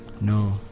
No